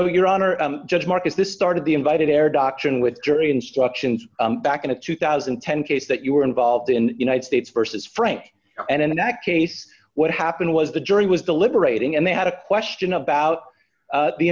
know your honor judge marcus this started the invited air doctrine with jury instructions back in a two thousand and ten case that you were involved in united states versus frank and in that case what happened was the jury was deliberating and they had a question about